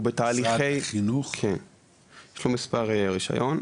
יש לו מספר רישיון,